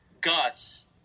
Gus